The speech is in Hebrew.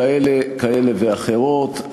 כאלה ואחרות,